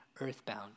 earthbound